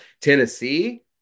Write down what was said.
Tennessee